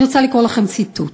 אני רוצה לקרוא לכם ציטוט: